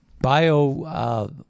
bio